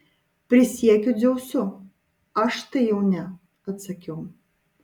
prisiekiu dzeusu aš tai jau ne atsakiau